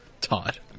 Todd